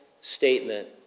statement